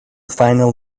final